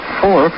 four